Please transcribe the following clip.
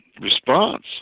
response